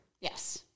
Yes